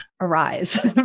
arise